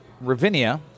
Ravinia